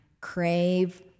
crave